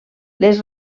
les